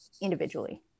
individually